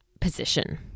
position